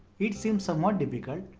it seems somewhat difficult,